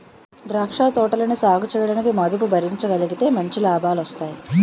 ద్రాక్ష తోటలని సాగుచేయడానికి మదుపు భరించగలిగితే మంచి లాభాలొస్తాయి